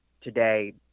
today